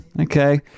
Okay